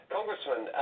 Congressman